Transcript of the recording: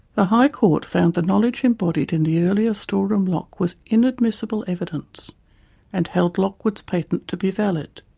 the high court found the knowledge embodied in the earlier store-room lock was inadmissible evidence and held lockwood's patent to be valid.